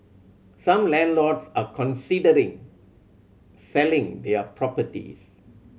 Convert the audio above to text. some landlords are considering selling their properties